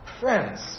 friends